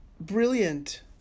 brilliant